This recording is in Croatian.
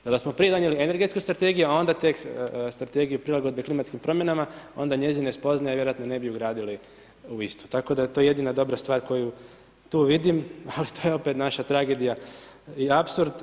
Da smo prije donijeli energetsku strategiju onda tek Strategiju prilagodbe klimatskim promjenama onda njezine spoznaje vjerojatno ne bi ugradili u istu, tako da je to jedina dobra stvar koju tu vidim, ali to je opet naša tragedija i apsurd.